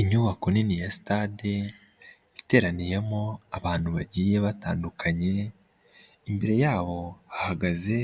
Inyubako nini ya stade, iteraniyemo abantu bagiye batandukanye, imbere yabo hahagaze